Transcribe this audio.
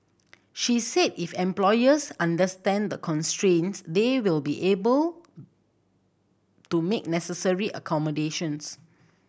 she said if employers understand the constraints they will be able to make the necessary accommodations